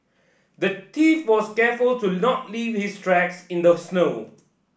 the thief was careful to not leave his tracks in the snow